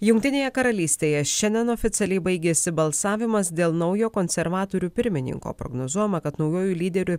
jungtinėje karalystėje šiandien oficialiai baigėsi balsavimas dėl naujo konservatorių pirmininko prognozuojama kad naujuoju lyderiu